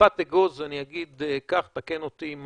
ובקליפת אגוז אני אגיד כך, תקן אותי אם